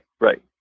right